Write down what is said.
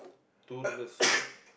two dollars